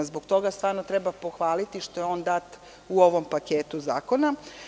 Zbog toga stvarno treba pohvaliti što je on dat u ovom paketu zakona.